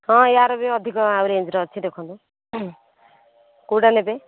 ହଁ ଏହାର ବି ଅଧିକ ରେଞ୍ଜ୍ର ଅଛି ଦେଖନ୍ତୁ କେଉଁଟା ନେବେ